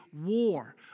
war